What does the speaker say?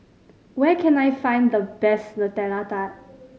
where can I find the best Nutella Tart